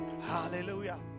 hallelujah